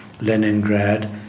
Leningrad